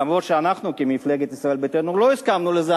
למרות שאנחנו כמפלגת ישראל ביתנו לא הסכמנו לזה,